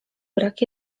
brak